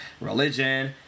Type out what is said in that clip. religion